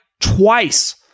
twice